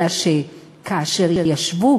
אלא שכאשר ישבו